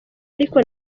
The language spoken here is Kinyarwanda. ariko